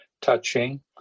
touching